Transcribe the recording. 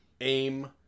Aim